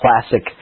Classic